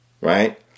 Right